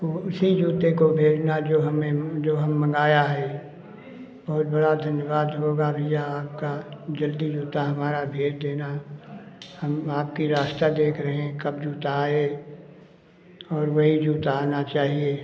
तो उसी जूते को भेजना जो हमें जो हम मँगाया है बहुत बड़ा धन्यवाद होगा भइया आपका जल्दी जूता हमारा भेज देना हम आपकी रास्ता देख रहे हैं कब जूता आए और वही जूता आना चाहिए